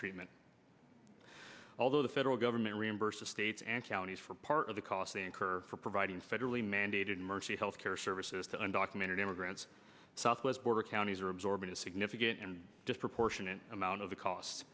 treatment although the federal government reimburse the states and counties for part of the costs incurred for providing federally mandated mercy health care services to under community immigrants southwest border counties are absorbing a significant and disproportionate amount of the cost